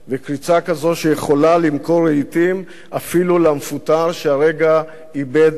שיכולה למכור רהיטים אפילו למפוטר שהרגע איבד את ביתו,